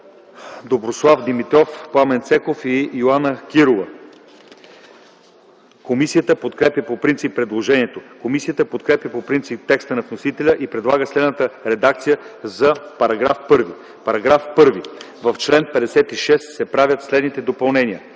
Доброслав Димитров, Пламен Цеков и Йоана Кирова. Комисията подкрепя по принцип предложението. Комисията подкрепя по принцип текста на вносителя и предлага следната редакция за § 1: „§ 1. В чл. 56 се правят следните допълнения: